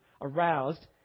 aroused